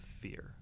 fear